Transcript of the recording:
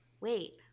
wait